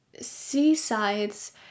seasides